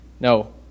no